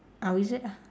ah wizard ah